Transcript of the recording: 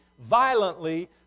violently